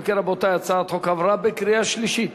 אם כן, רבותי, הצעת החוק עברה בקריאה שלישית